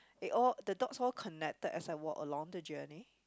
it all the dots all connected as I walk along the journey